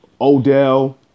Odell